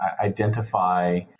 identify